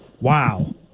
Wow